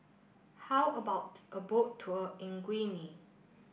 how about a boat tour in